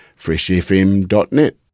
freshfm.net